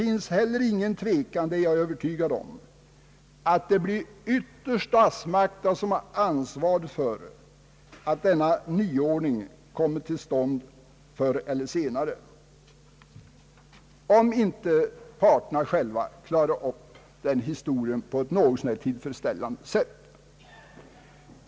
Ingen tvekan kan heller råda om att det ytterst blir statsmakterna som har ansvaret för att denna nyordning förr eller senare kommer till stånd, om inte parterna själva klarar upp den historien på ett något så när tillfredsställande sätt.